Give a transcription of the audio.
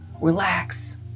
relax